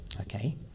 Okay